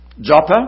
Joppa